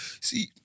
See